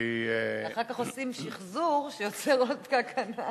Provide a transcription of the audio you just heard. והיא, ואחר כך עושים שחזור, שיוצר עוד פקק ענק.